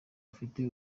afite